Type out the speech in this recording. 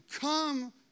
come